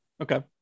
Okay